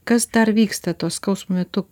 kas dar vyksta to skausmo metu